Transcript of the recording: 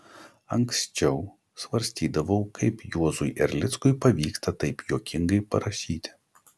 anksčiau svarstydavau kaip juozui erlickui pavyksta taip juokingai parašyti